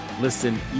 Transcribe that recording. listen